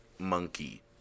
monkey